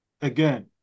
again